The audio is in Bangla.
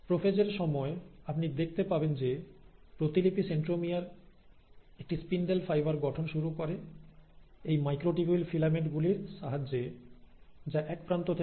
প্রোফেজ এর সময় আপনি দেখতে পাবেন যে প্রতিলিপি সেন্ট্রোমিয়ার একটি স্পিন্ডেল ফাইবার গঠন শুরু করে এই মাইক্রোটিবিউল ফিলামেন্ট গুলির সাহায্যে যা এক প্রান্ত থেকে অন্য প্রান্তে প্রসারিত হয়